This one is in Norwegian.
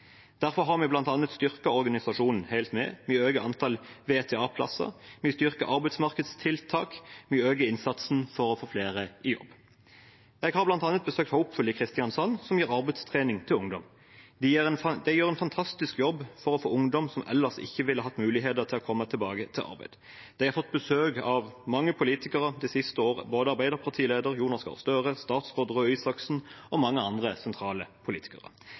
Derfor har vi bl.a. styrket organisasjonen HELT MED, vi øker antall VTA-plasser, vi styrker arbeidsmarkedstiltak, vi øker innsatsen for å få flere i jobb. Jeg har bl.a. besøkt Hopeful i Kristiansand, som gir arbeidstrening til ungdom. De gjør en fantastisk jobb for å få ungdom som ellers ikke ville hatt muligheter, til å komme tilbake i arbeid. De har fått besøk av mange politikere det siste året, både Arbeiderparti-leder Jonas Gahr Støre, statsråd Røe Isaksen og mange andre sentrale politikere.